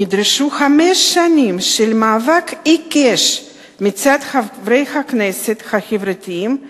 נדרשו חמש שנים של מאבק עיקש מצד חברי הכנסת החברתיים,